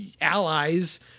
allies